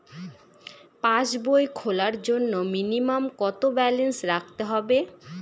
পাসবই খোলার জন্য মিনিমাম কত ব্যালেন্স রাখতে হবে?